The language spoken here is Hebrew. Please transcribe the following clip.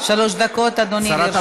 שלוש דקות, אדוני, לרשותך.